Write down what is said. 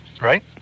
Right